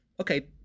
okay